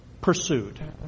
pursued